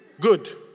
Good